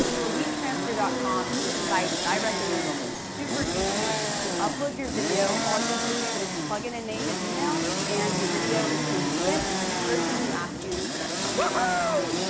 so wetransfer dot com is a site that i recommend. it's super easy to upload your video. all you have to do is plug in a name and email, and your video is being sent to the person who asked you to do this.